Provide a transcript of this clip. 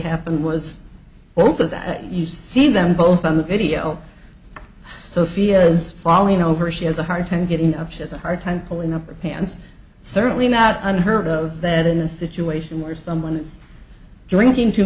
happened was both of that you see them both on the video sophia is falling over she has a hard time getting upset a hard time pulling up her pants certainly not unheard of that in a situation where someone is drinking too